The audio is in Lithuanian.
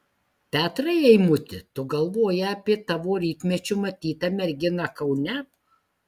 petrai eimuti tu galvoji apie tavo rytmečiu matytą merginą kaune